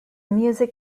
music